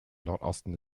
nordosten